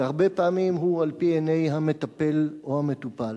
והרבה פעמים הוא על-פי עיני המטפל או המטופל.